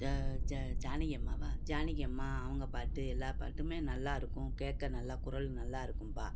ஜ ஜ ஜானகி அம்மாவா ஜானகி அம்மா அவங்க பாட்டு எல்லா பாட்டுமே நல்லா இருக்கும் கேடீக நல்லா குரல் நல்லா இருக்கும்ப்பா